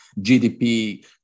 GDP